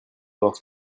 lorsque